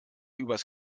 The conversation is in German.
übers